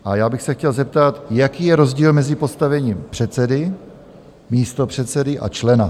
A já bych se chtěl zeptat, jaký je rozdíl mezi postavením předsedy, místopředsedy a člena?